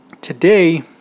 Today